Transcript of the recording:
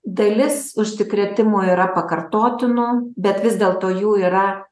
dalis užsikrėtimų yra pakartotinų bet vis dėlto jų yra